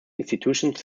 institutions